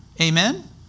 amen